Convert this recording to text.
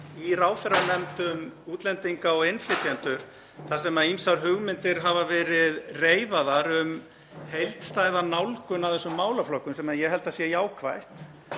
í ráðherranefnd um útlendinga og innflytjendur þar sem ýmsar hugmyndir hafa verið reifaðar um heildstæða nálgun á þessum málaflokkum, sem ég held að sé jákvætt.